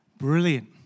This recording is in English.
Brilliant